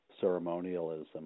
ceremonialism